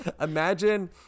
Imagine